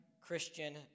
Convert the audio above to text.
Christian